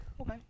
okay